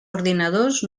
ordinadors